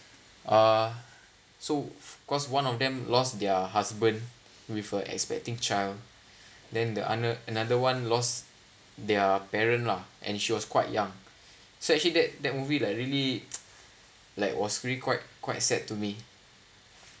uh so cause one of them lost their husband with a expecting child then the ano~ another one lost their parents lah and she was quite young so actually that movie like really like was really quite quite sad to me